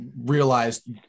realized